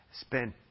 Spent